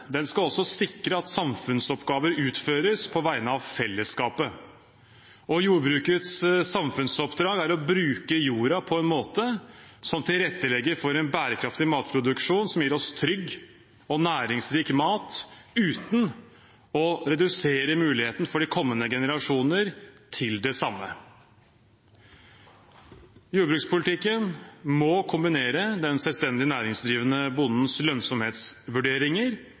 Den skal også sikre at samfunnsoppgaver utføres på vegne av fellesskapet, og jordbrukets samfunnsoppdrag er å bruke jorda på en måte som tilrettelegger for en bærekraftig matproduksjon som gir oss trygg og næringsrik mat uten å redusere muligheten for de kommende generasjoner til det samme. Jordbrukspolitikken må kombinere den selvstendig næringsdrivende bondens lønnsomhetsvurderinger